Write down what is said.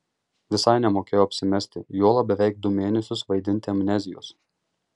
visai nemokėjo apsimesti juolab beveik du mėnesius vaidinti amnezijos